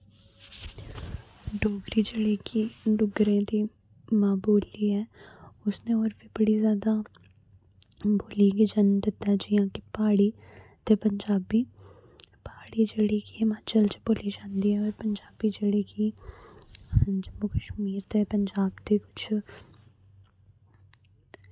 डोगरी जेह्ड़ी की डोगरें दी मां बोली ते उसदे और वी बड़ी जादा बोली जन्दी जियां कि प्हाड़ी ते पंजाबी प्हाड़ी जेह्ड़ी की हिमाचल च बोली जंदी ते पंजाबी जेह्ड़ी की जम्मू कशमीर ते पंजाब दे बिच